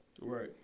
Right